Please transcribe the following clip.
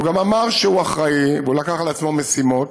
והוא גם אמר שהוא אחראי, והוא לקח על עצמו משימות.